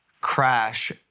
crash